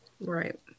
right